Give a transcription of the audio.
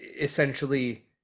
essentially